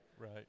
Right